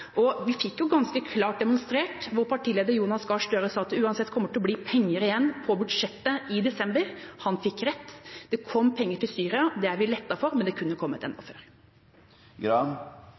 dette og fikk det ganske klart demonstrert ved vår partileder Jonas Gahr Støre, som sa at det uansett kommer til å bli penger igjen på budsjettet i desember. Han fikk rett. Det kom penger til Syria. Det er vi lettet for, men det kunne kommet enda